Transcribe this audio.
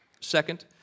Second